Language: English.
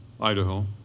Idaho